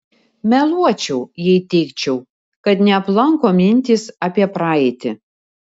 meluočiau jei teigčiau kad neaplanko mintys apie praeitį